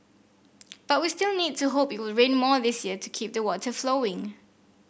but we still need to hope it will rain more this year to keep the water flowing